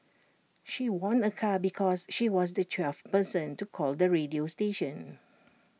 she won A car because she was the twelfth person to call the radio station